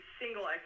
single